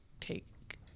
take